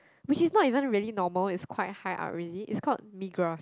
which is not even really normal is quite high up already is called Migros